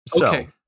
Okay